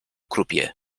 crupier